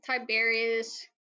Tiberius